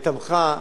תמכה,